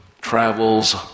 travels